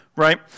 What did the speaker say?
right